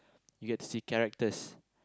you get to see characters